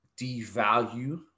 devalue